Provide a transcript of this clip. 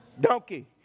donkey